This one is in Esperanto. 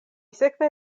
sekve